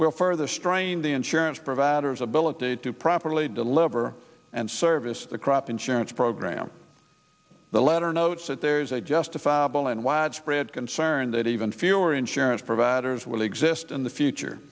will further strain the insurance providers ability to properly deliver and service the crop insurance program the letter notes that there's a justifiable and widespread concern that even fewer insurance providers will exist in the future